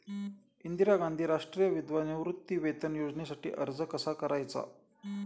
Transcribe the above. इंदिरा गांधी राष्ट्रीय विधवा निवृत्तीवेतन योजनेसाठी अर्ज कसा करायचा?